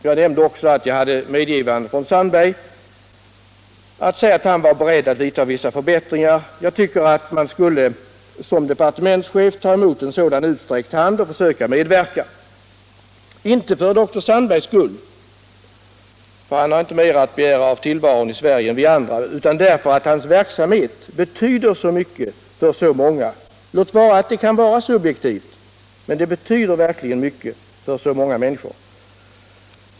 Jag nämnde också att jag hade ett medgivande från dr Sandberg att säga, att han är beredd att vidta vissa förbättringar. Jag tycker att man som departementschef skulle ta emot en sådan utsträckt hand — inte för dr Sandbergs skull, ty han har inte rätt att begära mer av tillvaron i Sverige än vi andra — utan därför att hans verksamhet betyder så mycket för så många, låt vara att det kan vara fråga om en rent subjektiv upplevelse.